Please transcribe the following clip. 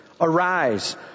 Arise